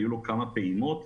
היו לו כמה פעימות,